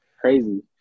crazy